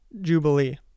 jubilee